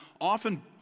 often